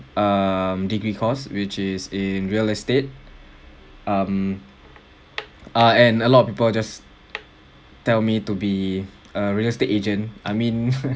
um degree course which is in real estate um uh and a lot of people just tell me to be a real estate agent I mean